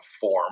form